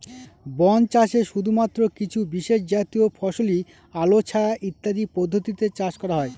বন চাষে শুধুমাত্র কিছু বিশেষজাতীয় ফসলই আলো ছায়া ইত্যাদি পদ্ধতিতে চাষ করা হয়